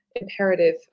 imperative